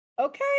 Okay